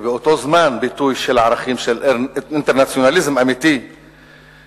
ובאותו זמן ביטוי של ערכים של אינטרנציונליזם אמיתי שלא